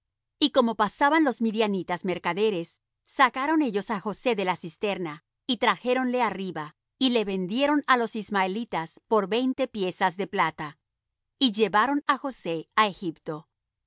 y como pasaban los midianitas mercaderes sacaron ellos á josé de la cisterna y trajéronle arriba y le vendieron á los ismaelitas por veinte piezas de plata y llevaron á josé á egipto